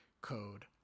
code